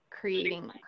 creating